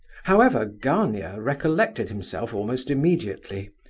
however, gania recollected himself almost immediately.